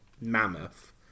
mammoth